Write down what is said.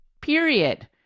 period